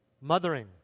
mothering